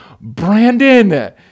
Brandon